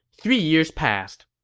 three years passed.